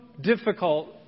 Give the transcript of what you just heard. difficult